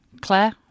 Claire